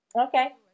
Okay